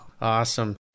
Awesome